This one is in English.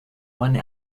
one